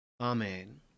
Amen